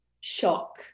shock